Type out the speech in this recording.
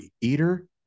eater